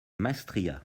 maestria